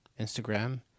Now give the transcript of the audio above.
Instagram